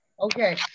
Okay